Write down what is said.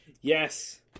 Yes